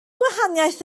gwahaniaeth